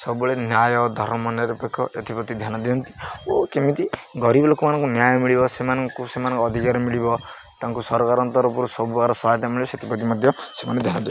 ସବୁବେଳେ ନ୍ୟାୟ ଧର ମନରେ ଏଥିପ୍ରତି ଧ୍ୟାନ ଦିଅନ୍ତି ଓ କେମିତି ଗରିବ ଲୋକମାନଙ୍କୁ ନ୍ୟାୟ ମିଳିବ ସେମାନଙ୍କୁ ସେମାନଙ୍କୁ ଅଧିକାର ମିଳିବ ତାଙ୍କୁ ସରକାରଙ୍କ ତରଫରୁ ସବୁଆଡ଼ ସହାୟତା ମିଳିବ ସେଥିପ୍ରତି ମଧ୍ୟ ସେମାନେ ଧ୍ୟାନ ଦିଅନ୍ତି